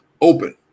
open